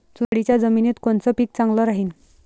चुनखडीच्या जमिनीत कोनचं पीक चांगलं राहीन?